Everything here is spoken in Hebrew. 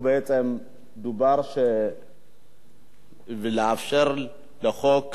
בעצם דובר על לאפשר לחוק